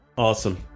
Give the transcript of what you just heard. Awesome